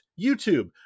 YouTube